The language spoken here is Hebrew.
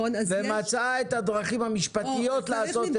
ומצאה את הדרכים המשפטיות לעשות את זה.